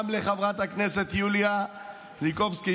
גם לחברת הכנסת יוליה ליקובסקי,